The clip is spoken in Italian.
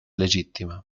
legittima